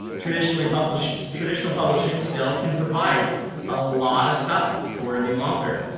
traditional publishing traditional publishing still can provide a lot of stuff for a new author.